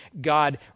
God